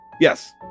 Yes